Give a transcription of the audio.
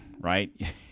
right